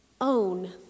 Own